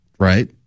Right